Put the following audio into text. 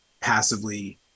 passively